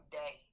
day